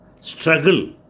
struggle